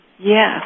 Yes